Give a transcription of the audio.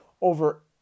over